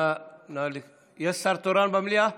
יש שר תורן במליאה?